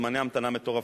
זמני המתנה מטורפים.